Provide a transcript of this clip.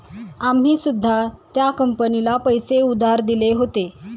आम्ही सुद्धा त्या कंपनीला पैसे उधार दिले होते